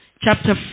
chapter